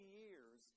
years